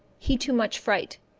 he too much fright.